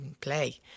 play